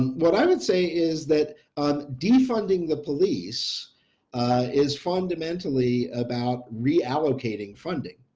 what i would say is that um defunding the police is fundamentally about reallocating funding.